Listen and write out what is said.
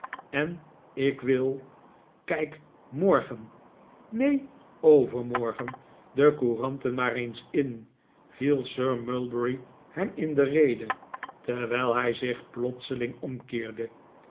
en ik wil kijk morgen neen overmorgen de courant maar eens in viel sir mulberry hem in de rede terwijl hij zich plotseling omkeerde